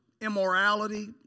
immorality